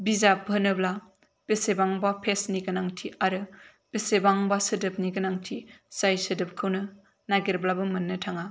बिजाब होनोब्ला बेसेबांबा पेसनि गोनांथि आरो बेसेबांबा सोदोबनि गोनांथि जाय सोदोबखौनो नागिरब्लाबो मोननो थाङा